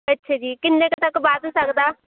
ਅੱਛਾ ਜੀ ਕਿੰਨੇ ਕੁ ਤੱਕ ਵਧ ਸਕਦਾ